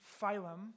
phylum